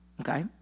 Okay